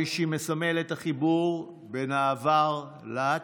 מוישי מסמל את החיבור בין העבר לעתיד,